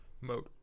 mode